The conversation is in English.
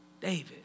David